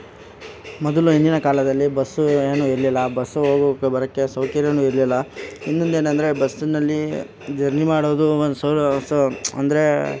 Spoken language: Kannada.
ಮೊದಲು ಹಿಂದಿನ ಕಾಲದಲ್ಲಿ ಬಸ್ಸು ಏನು ಇರಲಿಲ್ಲ ಬಸ್ಸು ಹೋಗೋಕೆ ಬರೋಕ್ಕೆ ಸೌಕರ್ಯನು ಇರಲಿಲ್ಲಾ ಇನ್ನೊಂದೇನಂದರೆ ಬಸ್ನಲ್ಲಿ ಜರ್ನಿ ಮಾಡೋದು ಒಂದು ಅಂದರೆ